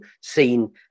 seen